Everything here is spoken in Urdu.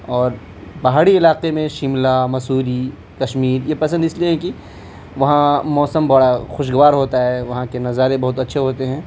اور پہاڑی علاقے میں شملہ مسوری کشمیر یہ پسند اس لیے ہیں کہ وہاں موسم بڑا خوشگوار ہوتا ہے وہاں کے نظارے بہت اچھے ہوتے ہیں